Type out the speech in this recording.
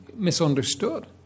misunderstood